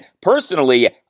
personally